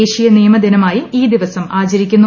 ദേശീയ നിയമ ദിനമായും ഈ ദിവസം ആചരിക്കുന്നു